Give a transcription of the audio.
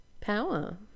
Power